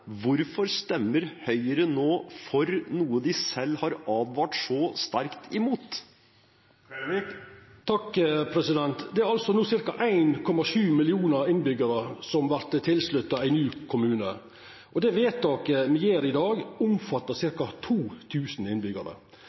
Hvorfor stemmer Høyre nå for noe de selv har advart så sterkt imot? Det er ca. 1,7 millionar innbyggjarar som vert tilslutta ein ny kommune. Det vedtaket me gjer i dag,